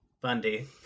Bundy